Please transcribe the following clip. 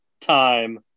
time